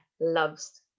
loves